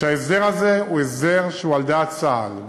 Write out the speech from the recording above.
הוא שההסדר הזה הוא על דעת צה"ל,